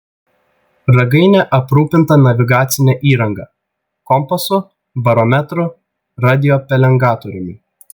ragainė aprūpinta navigacine įranga kompasu barometru radiopelengatoriumi